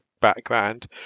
background